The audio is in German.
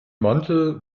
mantel